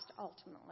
Ultimately